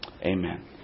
Amen